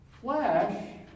Flesh